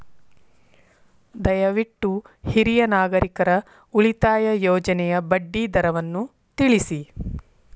ದಯವಿಟ್ಟು ಹಿರಿಯ ನಾಗರಿಕರ ಉಳಿತಾಯ ಯೋಜನೆಯ ಬಡ್ಡಿ ದರವನ್ನು ತಿಳಿಸಿ